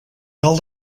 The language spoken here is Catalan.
cal